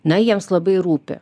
na jiems labai rūpi